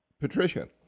Patricia